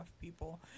people